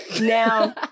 Now